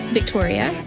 Victoria